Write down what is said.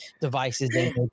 devices